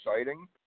exciting